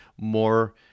more